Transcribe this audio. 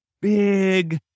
big